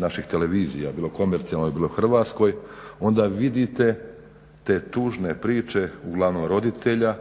naših televizija, bilo komercijalnoj, bilo hrvatskoj, onda vidite te tužne priče uglavnom roditelja